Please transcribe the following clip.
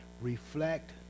reflect